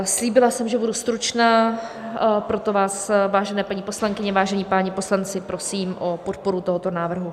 Slíbila jsem, že budu stručná, proto vás, vážené paní poslankyně, vážení páni poslanci, prosím o podporu tohoto návrhu.